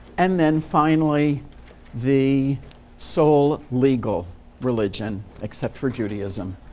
and then finally the sole legal religion, except for judaism,